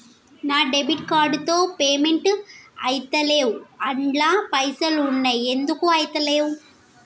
నా debit card తో payment ఐతలేవ్ అండ్ల పైసల్ ఉన్నయి ఎందుకు ఐతలేవ్?